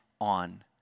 on